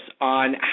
on